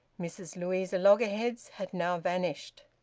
mrs louisa loggerheads had now vanished.